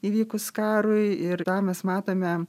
įvykus karui ir tą mes matome